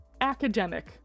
academic